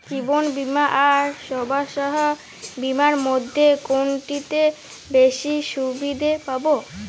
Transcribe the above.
জীবন বীমা আর স্বাস্থ্য বীমার মধ্যে কোনটিতে বেশী সুবিধে পাব?